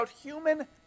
human